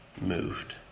moved